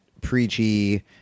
preachy